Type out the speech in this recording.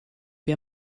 wir